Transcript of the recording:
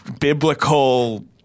biblical